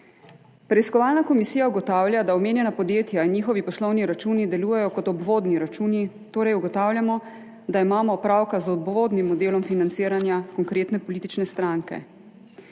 Preiskovalna komisija ugotavlja, da omenjena podjetja in njihovi poslovni računi delujejo kot obvodni računi, torej ugotavljamo, da imamo opravka z obvodnim modelom financiranja konkretne politične stranke.